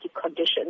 conditions